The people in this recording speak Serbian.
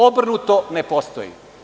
Obrnuto ne postoji.